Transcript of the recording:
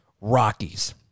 Rockies